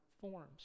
forms